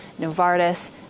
Novartis